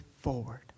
forward